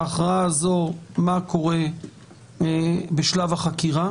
ההכרעה הזאת מה קורה בשלב החקירה